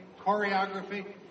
choreography